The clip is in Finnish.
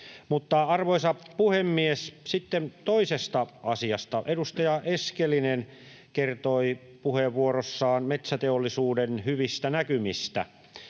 Arvoisa puhemies! Sitten toisesta asiasta: Edustaja Eskelinen kertoi puheenvuorossaan metsäteollisuuden hyvistä näkymistä.